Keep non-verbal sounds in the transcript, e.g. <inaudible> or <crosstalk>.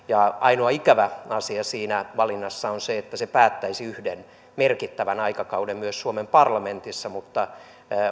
<unintelligible> ja ainoa ikävä asia siinä valinnassa on se että se päättäisi yhden merkittävän aikakauden myös suomen parlamentissa mutta